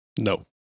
No